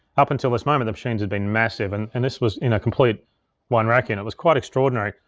up until this moment, the machines had been massive, and and this was in a complete one rack and it was quite extraordinary,